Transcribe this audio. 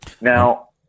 Now